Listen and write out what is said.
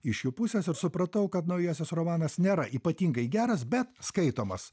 iš jų pusės ir supratau kad naujasis romanas nėra ypatingai geras bet skaitomas